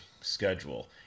schedule